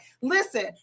Listen